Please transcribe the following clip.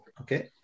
okay